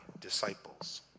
disciples